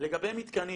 לגבי המתקנים.